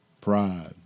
pride